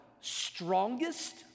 strongest